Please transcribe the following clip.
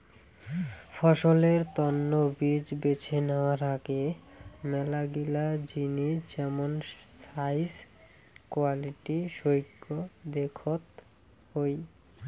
ফসলের তন্ন বীজ বেছে নেওয়ার আগে মেলাগিলা জিনিস যেমন সাইজ, কোয়ালিটি সৌগ দেখত হই